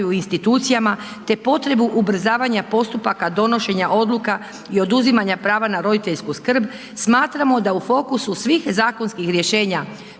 u institucijama te potrebu ubrzavanja postupaka donošenja odluka i oduzimanja prava na roditeljsku skrb, smatramo da u fokusu svih zakonskih rješenja,